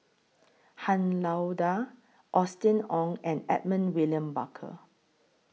Han Lao DA Austen Ong and Edmund William Barker